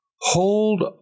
hold